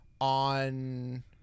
on